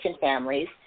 families